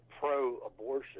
pro-abortion